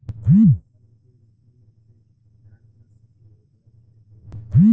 bulb के रौशनी से धान न सुखी ओकरा खातिर धूप चाही